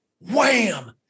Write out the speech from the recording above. Wham